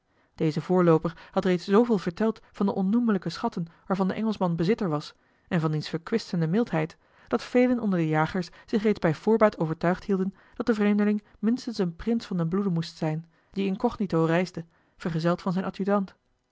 deze voorlooper had reeds zooveel verteld van de onnoemelijke schatten waarvan de engelschman bezitter was en van diens verkwistende mildheid dat velen onder de jagers zich reeds bij voorbaat overtuigd hielden dat de vreemdeling minstens een prins van den bloede moest zijn die incognito reisde vergezeld van zijn